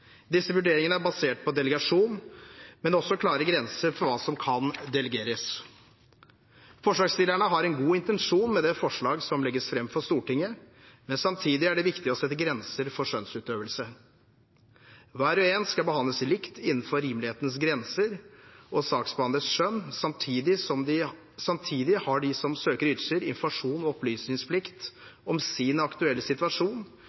Disse vurderingene er basert på delegasjon, men også klare grenser for hva som kan delegeres. Forslagsstillerne har en god intensjon med det forslag som legges fram for Stortinget, men samtidig er det viktig å sette grenser for skjønnsutøvelse. Hver og en skal behandles likt innenfor rimelighetens grenser og saksbehandlers skjønn. Samtidig har de som søker ytelser, informasjons- og opplysningsplikt om sin aktuelle situasjon,